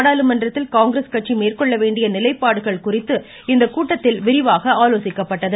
நாடாளுமன்றத்தில் காங்கிரஸ் கட்சி மேற்கொள்ள வேண்டிய நிலைப்பாடுகள் குறித்து இக்கூட்டத்தில் விரிவாக ஆலோசிக்கப்பட்டது